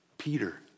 Peter